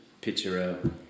picture